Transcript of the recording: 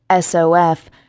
SOF